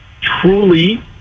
truly